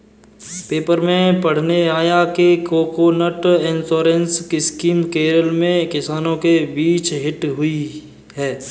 paper में पढ़ने आया कि कोकोनट इंश्योरेंस स्कीम केरल में किसानों के बीच हिट हुई है